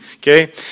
Okay